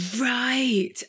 Right